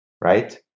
right